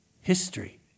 history